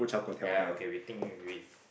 ya ya okay we think we